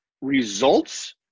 Results